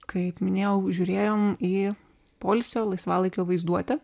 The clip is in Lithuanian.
kaip minėjau žiūrėjom į poilsio laisvalaikio vaizduotę